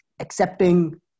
accepting